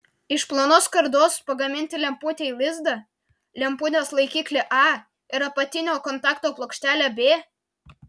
iš plonos skardos pagaminti lemputei lizdą lemputės laikiklį a ir apatinio kontakto plokštelę b